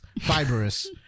fibrous